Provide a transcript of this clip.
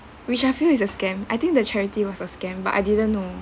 which I feel is a scam I think the charity was a scam but I didn't know